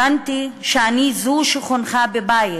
הבנתי שאני, זו שחונכה בבית